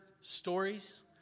stories